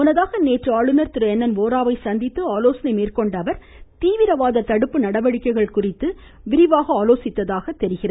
முன்னதாக நேற்று ஆளுநர் திரு என் என் ஓராவை சந்தித்து ஆலோசனை மேற்கொண்ட அவர் தீவிரவாத தடுப்பு நடவடிக்கைகள் குறித்து விரிவாக ஆலோசித்ததாக தெரிகிறது